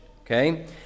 okay